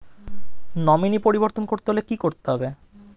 Nominee পরিবর্তন করতে হলে কী করতে হবে?